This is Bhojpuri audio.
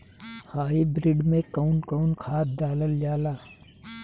हाईब्रिड में कउन कउन खाद डालल जाला?